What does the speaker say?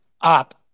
up